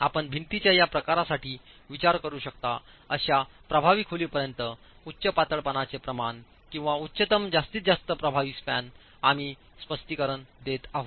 आपण भिंतीच्या या प्रकारासाठी विचार करू शकता अशा प्रभावी खोलीपर्यंत उच्च पातळपणाचे प्रमाण किंवा उच्चतम जास्तीत जास्त प्रभावी स्पॅन आम्ही स्पष्टीकरण देत आहोत